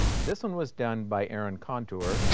this one was done by erin cantor,